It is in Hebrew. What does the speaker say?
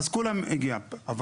איך הגיעו,